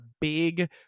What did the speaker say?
big